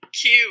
cute